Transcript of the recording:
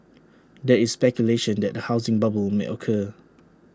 there is speculation that A housing bubble may occur